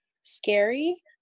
scary